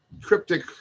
cryptic